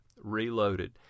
Reloaded